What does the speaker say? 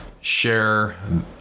share